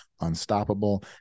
Unstoppable